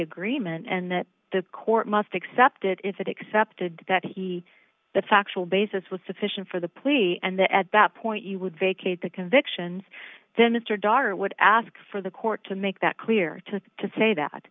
agreement and that the court must accept it if it accepted that he that factual basis was sufficient for the plea and then at that point you would vacate the convictions then mr daughter would ask for the court to make that clear to to say that